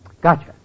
Gotcha